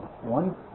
one